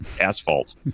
asphalt